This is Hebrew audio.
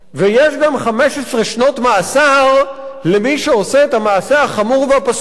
ויש גם 15 שנות מאסר למי שעושה את המעשה החמור והפסול,